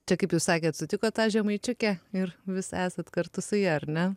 čia kaip jūs sakėt sutikot tą žemaičiukę ir vis esat kartu su ja ar ne